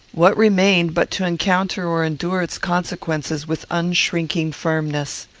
what remained but to encounter or endure its consequences with unshrinking firmness?